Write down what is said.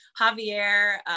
javier